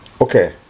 okay